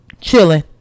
chilling